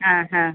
ആ ആ